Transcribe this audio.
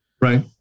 right